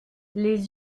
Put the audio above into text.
les